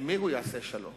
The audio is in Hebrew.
עם מי הוא יעשה שלום?